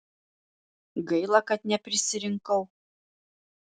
gaila kad neprisirinkau